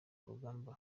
urugamba